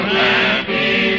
happy